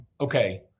Okay